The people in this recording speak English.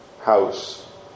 house